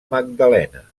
magdalena